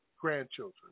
grandchildren